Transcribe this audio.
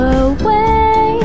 away